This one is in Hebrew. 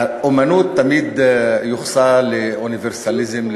האמנות תמיד יוחסה לאוניברסליזם,